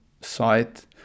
site